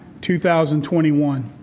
2021